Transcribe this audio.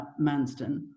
Manston